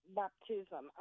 baptism